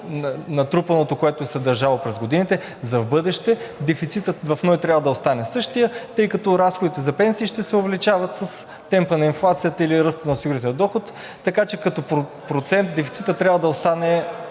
натрупаното, което им се е дължало през годините. За в бъдеще дефицитът в НОИ трябва да остане същият, тъй като разходите за пенсии ще се увеличават с темпа на инфлацията или ръста на осигурителния доход, така че като процент дефицитът трябва да остане